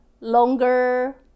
longer